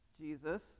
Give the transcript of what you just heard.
Jesus